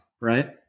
right